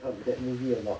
uh that movie a lot